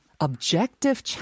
objective